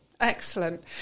excellent